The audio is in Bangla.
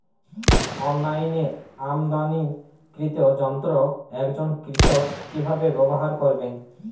অনলাইনে আমদানীকৃত যন্ত্র একজন কৃষক কিভাবে ব্যবহার করবেন?